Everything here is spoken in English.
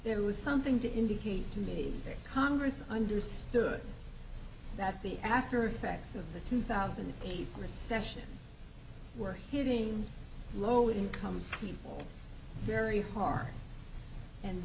there was something to indicate to me that congress understood that the after effects of the two thousand and eight recession were hitting low income people very hard and